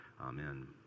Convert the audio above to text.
Amen